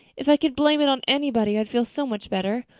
if i could blame it on anybody i would feel so much better.